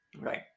Right